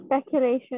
Speculation